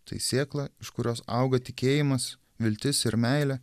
tai sėkla iš kurios auga tikėjimas viltis ir meilė